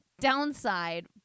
downside